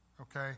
okay